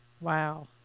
Wow